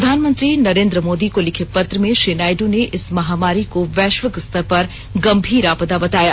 प्रधानमंत्री नरेन्द्र मोदी को लिखे पत्र में श्री नायडू ने इस महामारी को वैश्विक स्तर पर गम्भीर आपदा बताया